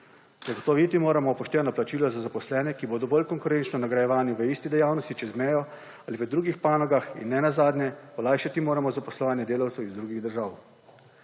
Zagotoviti moramo pošteno plačilo za zaposlene, ki bo dovolj konkurenčno nagrajevanje v isti dejavnosti čez mejo ali v drugih panogah in nenazadnje olajšati moramo zaposlovanje delavcev iz drugih držav.